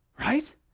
Right